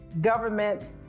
government